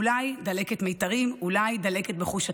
אולי דלקת מיתרים, אולי דלקת בחוש הצדק.